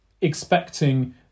expecting